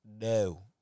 No